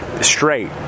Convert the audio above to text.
straight